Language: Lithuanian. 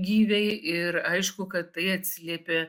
gyviai ir aišku kad tai atsiliepia